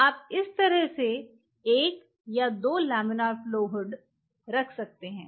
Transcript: आप इस तरह से एक या 2 लेमिनर फ्लो हुड रख सकते हैं